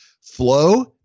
flow